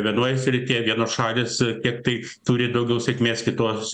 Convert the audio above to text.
vienoj srityje vienos šalys kiek tai turi daugiau sėkmės kitos